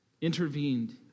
intervened